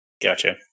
Gotcha